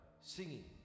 Singing